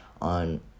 on